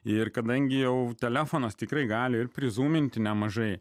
ir kadangi jau telefonas tikrai gali ir prizuminti nemažai